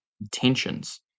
intentions